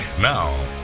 Now